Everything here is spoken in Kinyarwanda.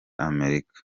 amerika